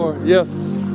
Yes